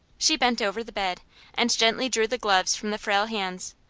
she bent over the bed and gently drew the gloves from the frail hands.